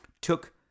took